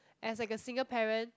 as like a single parent